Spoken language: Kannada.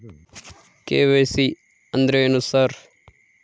ಕೆ.ವೈ.ಸಿ ಅಂದ್ರೇನು ಸರ್?